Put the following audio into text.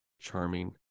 charming